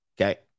Okay